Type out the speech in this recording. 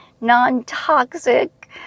non-toxic